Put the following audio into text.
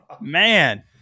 Man